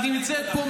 היא נמצאת פה,